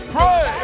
Pray